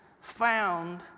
found